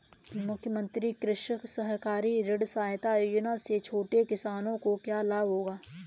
मुख्यमंत्री कृषक सहकारी ऋण सहायता योजना से छोटे किसानों को क्या लाभ होगा?